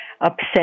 upset